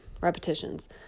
repetitions